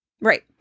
Right